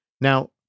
Now